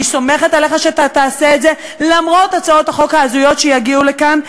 אני סומכת עליך שאתה תעשה את זה למרות הצעות החוק ההזויות שיגיעו לכאן.